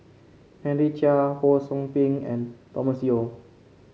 Henry Chia Ho Sou Ping and Thomas Yeo